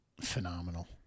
Phenomenal